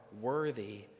worthy